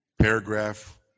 Paragraph